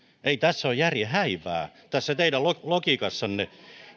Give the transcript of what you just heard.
ei tässä ole järjen häivää tässä teidän logiikassanne